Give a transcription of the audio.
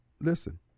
Listen